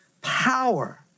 power